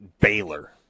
Baylor